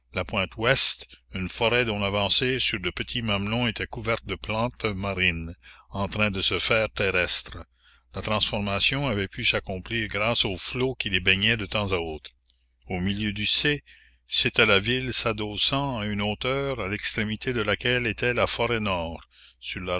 la pointe ouest une forêt dont l'avancée sur de petits mamelons était couverte de plantes marines en train de se faire terrestres la transformation avait pu s'accomplir grâce aux flots qui les baignaient de temps à autre au milieu du c c'était la ville s'adossant à une hauteur à l'extrémité de laquelle était la forêt nord sur la